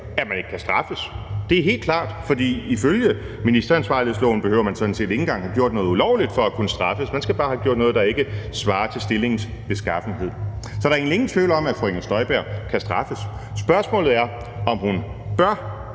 at man ikke kan straffes. Det er helt klart, for ifølge ministeransvarlighedsloven behøver man sådan set ikke engang at have gjort noget ulovligt for at kunne straffes; man skal bare have gjort noget, der ikke svarer til stillingens beskaffenhed. Så der er egentlig ingen tvivl om, at fru Inger Støjberg kan straffes. Spørgsmålet er, om hun bør